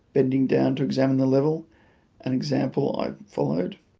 bending down to examine the level an example i followed